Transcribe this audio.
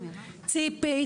ציפי,